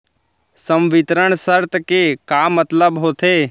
संवितरण शर्त के का मतलब होथे?